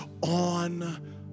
on